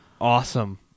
Awesome